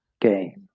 game